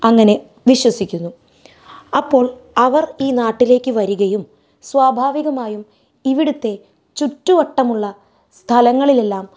അങ്ങനെ വിശ്വസിക്കുന്നു അപ്പോൾ അവർ ഈ നാട്ടിലേക്ക് വരുകയും സ്വാഭാവികമായും ഇവിടുത്തെ ചുറ്റുവട്ടമുള്ള സ്ഥലങ്ങളിലെല്ലാം